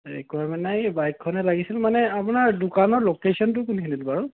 একো মানে এই বাইকখনেই লাগিছিল মানে আপোনাৰ দোকানৰ লোকেচনটো কোনখিনিত বাৰু